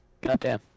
Goddamn